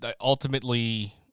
ultimately